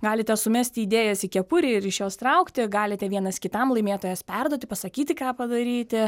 galite sumesti idėjas į kepurę ir iš jos traukti galite vienas kitam laimėtojas perduoti pasakyti ką padaryti